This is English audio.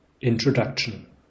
Introduction